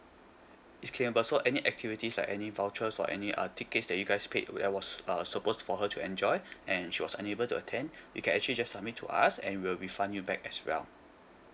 so any activities like any vouchers or any uh tickets that you guys paid that was ah suppose for her to enjoy and she was unable to attend you can actually just submit to us and we'll refund you back as well